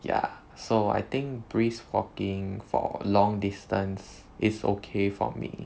ya so I think brisk walking for long distance is okay for me